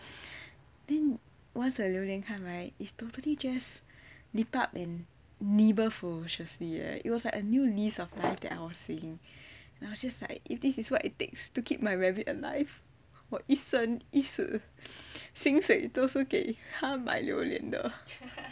then once the 榴莲 come right right he totally just leap up and nibble ferociously leh it was like a new lease of life that I was seeing and I was just like if this is what it takes to keep my rabbit alive 我一生一世薪水都是给他买榴莲的